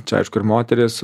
čia aišku ir moterys